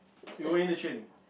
you going in the train